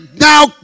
now